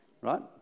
Right